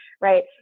right